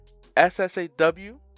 SSAW